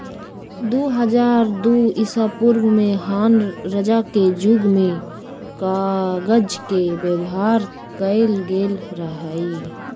दू हज़ार दू ईसापूर्व में हान रजा के जुग में कागज के व्यवहार कएल गेल रहइ